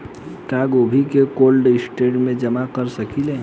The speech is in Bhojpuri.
क्या गोभी को कोल्ड स्टोरेज में जमा कर सकिले?